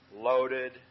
Loaded